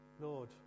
Lord